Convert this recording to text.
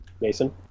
Mason